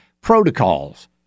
protocols